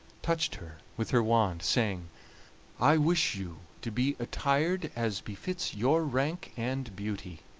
touched her with her wand, saying i wish you to be attired as befits your rank and beauty.